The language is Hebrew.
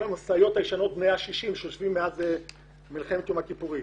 כל המשאיות הישנות שיושבות מאז מלחמת יום הכיפורים.